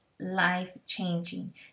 life-changing